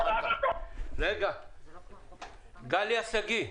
גליה שגיא,